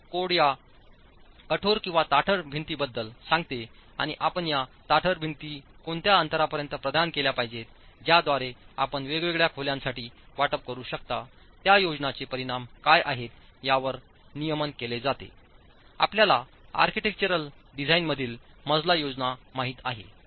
तर कोड या कठोर किंवा ताठर भिंतींबद्दल सांगते आणि आपण या ताठर भिंती कोणत्या अंतरापर्यंत प्रदान केल्या पाहिजेत ज्याद्वारे आपण वेगवेगळ्या खोल्यांसाठी वाटप करू शकता त्या योजनेचे परिमाण काय आहेत यावर नियमन केले जाते आपल्याला आर्किटेक्चरल डिझाइनमधील मजला योजना माहित आहे